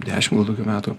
dešimt gal tokių metų